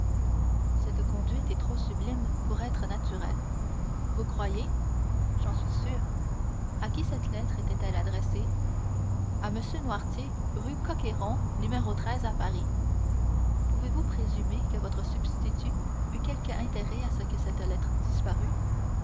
cette conduite est trop sublime pour être naturelle vous croyez j'en suis sûr à qui cette lettre était-elle adressée à m noirtier rue cok rond n à paris pouvez-vous présumer que votre substitut eût quelque intérêt à ce que cette lettre disparût